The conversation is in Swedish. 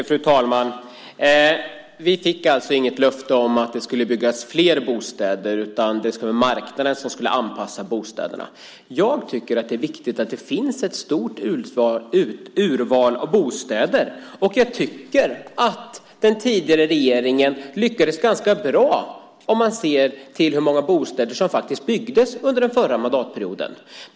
Fru talman! Vi fick alltså inget löfte om att det ska byggas fler bostäder. Marknaden ska styra bostadsbyggandet. Jag tycker att det är viktigt att det finns ett stort urval av bostäder, och den tidigare regeringen lyckades ganska bra med det om man ser till antalet bostäder som faktiskt byggdes under den förra mandatperioden.